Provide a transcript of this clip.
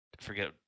forget